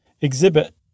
exhibit